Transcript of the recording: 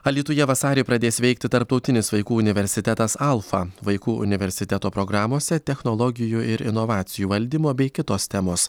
alytuje vasarį pradės veikti tarptautinis vaikų universitetas alfa vaikų universiteto programose technologijų ir inovacijų valdymo bei kitos temos